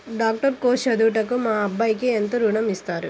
Doctor course చదువుటకు మా అబ్బాయికి ఎంత ఋణం ఇస్తారు?